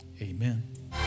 Amen